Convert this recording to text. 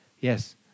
Yes